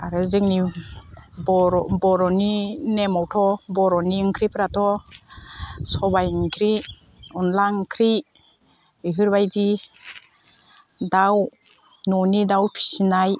आरो जोंनि बर'नि नेमावथ' बर'नि ओंख्रिफोराथ' सबाइ ओंख्रि अनला ओंख्रि बेफोरबायदि दाउ न'नि दाउ फिसिनाय